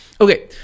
Okay